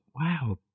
wow